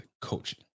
coaching